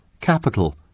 capital